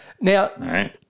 Now